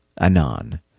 anon